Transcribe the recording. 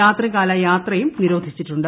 രാത്രികാല യാത്രയും നിരോധിച്ചിട്ടുണ്ട്